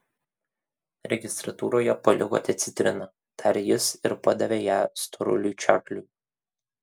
registratūroje palikote citriną tarė jis ir padavė ją storuliui čarliui